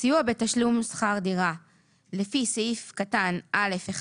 סיוע בתשלום שכר דירה לפי סעיף קטן (א)(1)